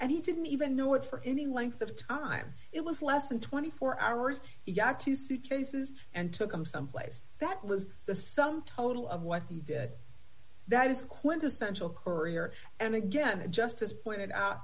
and he didn't even know it for any length of time it was less than twenty four hours he got two suitcases and took him someplace that was the sum total of what he did that is quintessential courier and again just as pointed out